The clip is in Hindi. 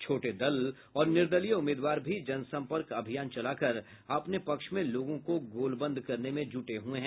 छोटे दल और निर्दलीय उम्मीदवार भी जनसंपर्क अभियान चलाकर अपने पक्ष में लोगों को गोलबंद करने में जुटे हुए हैं